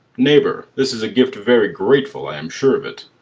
neighbour, this is a gift very grateful, i am sure of it.